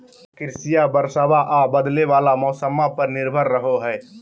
कृषिया बरसाबा आ बदले वाला मौसम्मा पर निर्भर रहो हई